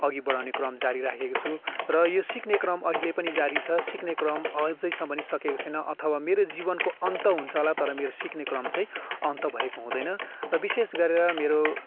अघि बढाउने क्रम जारी राखेको छु र यो सिक्ने क्रम अहिले पनि जारी छ सिक्ने क्रम अझैसम्म पनि सकेको छैन अथवा मेरो जीवनको अन्त हुन्छ होला तर मेरो सिक्ने क्रम चाहिँ अन्त भएको हुँदैन र विशेष गरेर मेरो